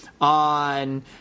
on